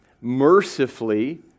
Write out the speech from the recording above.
mercifully